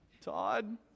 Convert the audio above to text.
Todd